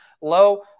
low